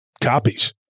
copies